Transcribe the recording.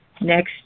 next